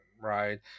right